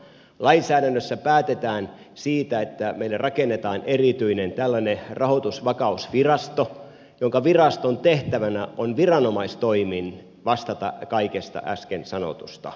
lainsäädännössä päätetään siitä että meille rakennetaan tällainen erityinen rahoitusvakausvirasto jonka tehtävänä on viranomaistoimin vastata kaikesta äsken sanotusta